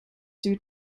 due